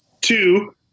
Two